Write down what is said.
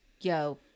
yo